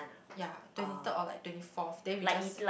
yea twenty third or like twenty fourth then we just